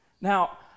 Now